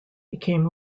became